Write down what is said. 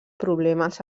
problemes